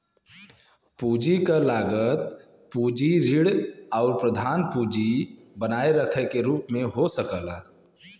पूंजी क लागत पूंजी ऋण आउर प्रधान पूंजी बनाए रखे के रूप में हो सकला